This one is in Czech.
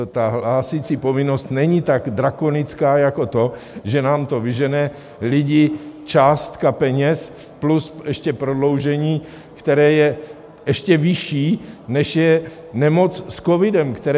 Ta hlásicí povinnost není tak drakonická jako to, že nám to vyžene lidi, částka peněz plus ještě prodloužení, které je ještě vyšší, než je nemoc s covidem, které...